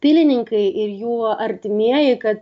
pilininkai ir jų artimieji kad